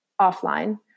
offline